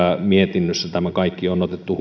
mietinnössä tämä kaikki on otettu